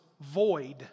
void